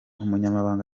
umunyamabanga